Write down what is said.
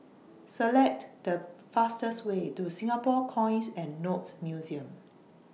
Select The fastest Way to Singapore Coins and Notes Museum